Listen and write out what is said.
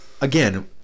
again